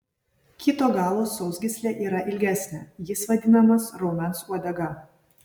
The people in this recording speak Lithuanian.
kito galo sausgyslė yra ilgesnė jis vadinamas raumens uodega